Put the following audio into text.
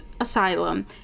Asylum